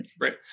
right